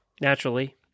naturally